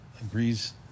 agrees